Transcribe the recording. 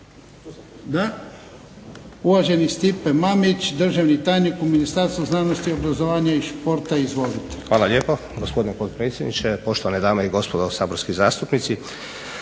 Da. Uvaženi Stipe Mamić državni tajnik u Ministarstvu znanosti, obrazovanja i športa. Izvolite. **Mamić, Stipe** Hvala lijepo. Gospodine potpredsjedniče, poštovane dame i gospodo saborski zastupnici.